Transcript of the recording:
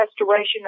restoration